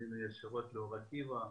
עלינו ישירות לאור עקיבא.